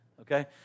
okay